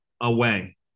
away